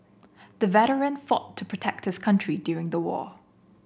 the veteran fought to protect this country during the war